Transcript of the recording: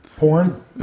Porn